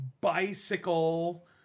bicycle